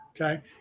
okay